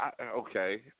okay